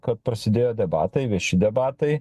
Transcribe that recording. kad prasidėjo debatai vieši debatai